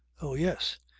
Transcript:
oh yes.